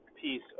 piece